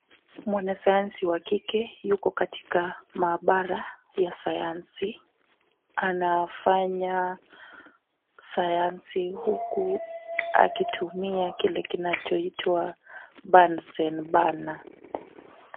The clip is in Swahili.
Mwanasayansi wa kike yupo katika maabara ya sayansi ,anafanya sayansi huku akitumia kile kinachoitwa burnsen burner (cs).